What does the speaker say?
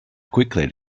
quickly